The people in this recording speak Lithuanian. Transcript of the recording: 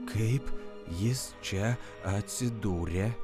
kaip jis čia atsidūrė